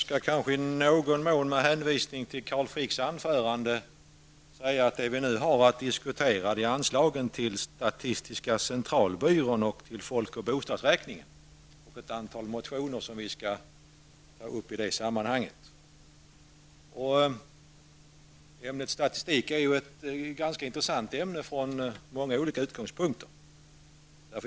Herr talman! Med hänvisning till Carl Fricks anförande vill jag säga att det vi nu har att diskutera är anslagen till SCB och folk och bostadsräkningen. Vi har att behandla ett antal motioner i det sammanhanget. Ämnet statistik är ett ganska intressant ämne ur många olika utgångspunkter.